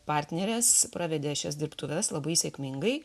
partnerės pravedė šias dirbtuves labai sėkmingai